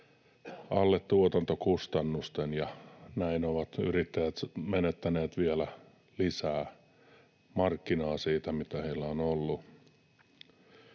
alle tuotantokustannusten, ja näin ovat yrittäjät menettäneet vielä lisää markkinaa siitä, mitä heillä on ollut.